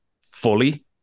fully